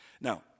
Now